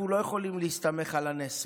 אנחנו לא יכולים להסתמך על הנס.